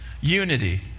unity